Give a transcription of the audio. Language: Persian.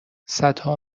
صدها